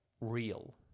real